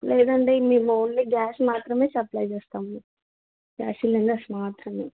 లేదండీ మేము only gas మాత్రమే సప్లై చేస్తాము గ్యాస్ సిలిండర్స్ మాత్రమే